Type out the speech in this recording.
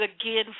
again